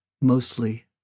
mostly